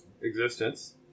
existence